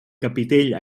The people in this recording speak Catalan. capitell